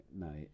No